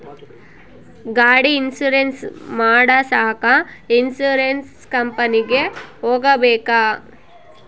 ಗಾಡಿ ಇನ್ಸುರೆನ್ಸ್ ಮಾಡಸಾಕ ಇನ್ಸುರೆನ್ಸ್ ಕಂಪನಿಗೆ ಹೋಗಬೇಕಾ?